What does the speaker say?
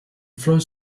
flows